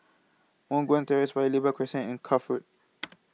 Moh Guan Terrace Paya Lebar Crescent and Cuff Road